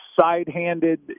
side-handed